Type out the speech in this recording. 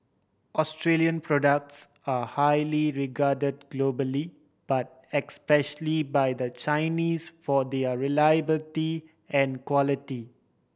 Australian products are highly regard globally but especially by the Chinese for their reliability and quality